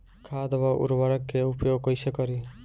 खाद व उर्वरक के उपयोग कईसे करी?